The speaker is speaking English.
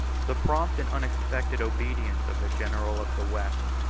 the prompt and unexpected obedience of the general of the west,